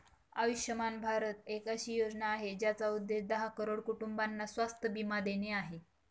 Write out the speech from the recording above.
आयुष्यमान भारत एक अशी योजना आहे, ज्याचा उद्देश दहा करोड कुटुंबांना स्वास्थ्य बीमा देणे आहे